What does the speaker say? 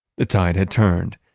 the tide had turned,